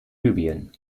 libyen